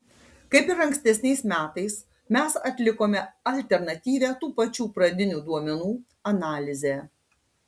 kaip ir ankstesniais metais mes atlikome alternatyvią tų pačių pradinių duomenų analizę